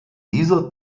dieser